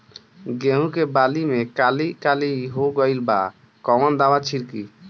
गेहूं के बाली में काली काली हो गइल बा कवन दावा छिड़कि?